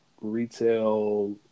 retail